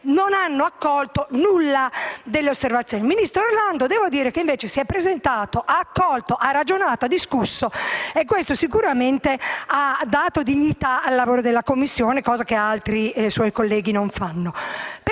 non hanno accolto nulla delle osservazioni fatte. Devo dire che il ministro Orlando si è presentato, ha accolto, ha ragionato e ha discusso e questo sicuramente ha dato dignità ai lavori della Commissione, cosa che altri suoi colleghi non fanno.